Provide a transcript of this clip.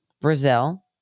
Brazil